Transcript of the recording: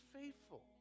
faithful